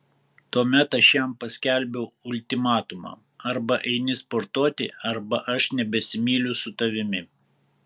tuomet aš jam paskelbiau ultimatumą arba eini sportuoti arba aš nebesimyliu su tavimi